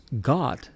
God